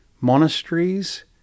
monasteries